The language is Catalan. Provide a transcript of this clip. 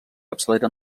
capçalera